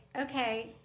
okay